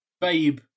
Babe